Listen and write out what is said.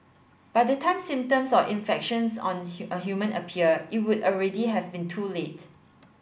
by the time symptoms of infections on a human appear it would already have been too late